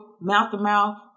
mouth-to-mouth